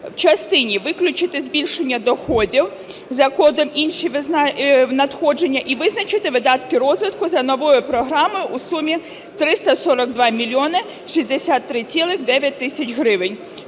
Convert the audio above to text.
В частині: виключити збільшення доходів за кодом "Інші надходження" і визначити видатки розвитку за новою програмою у сумі 342 мільйона 63,9 тисяч гривень,